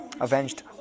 avenged